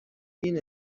گین